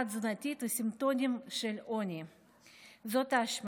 התזונתית וסימפטומים של עוני הם השמנה.